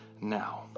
now